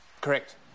correct